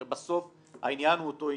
הרי בסוף העניין הוא אותו עניין,